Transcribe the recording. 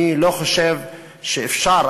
אני לא חושב שאפשר,